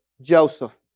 Joseph